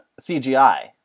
CGI